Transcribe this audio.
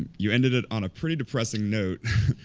you ended it on a pretty depressing note.